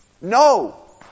No